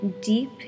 deep